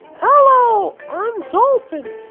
hello! i'm dolphin!